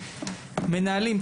מנהלים.